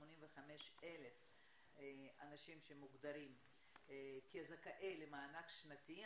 85,000 אנשים שמוגדרים כזכאים למענק שנתי,